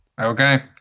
Okay